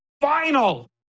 final